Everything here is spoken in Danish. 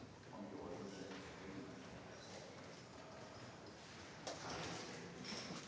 Tak